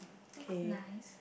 that's nice